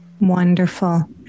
Wonderful